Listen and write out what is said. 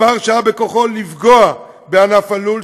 מספר שהיה בכוחו לפגוע בענף הלול,